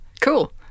Cool